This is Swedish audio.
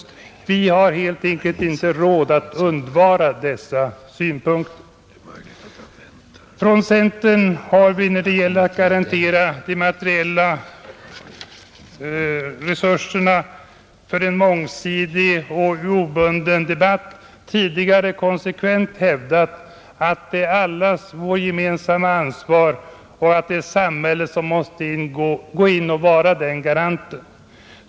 Vi har helt enkelt inte råd att undvara deras synpunkter, Från centern har vi när det gäller att garantera de materiella resurserna för en mångsidig och obunden debatt tidigare konsekvent hävdat att detta är allas vårt gemensamma ansvar och att samhället måste gå in och vara den garanten.